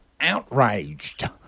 Outraged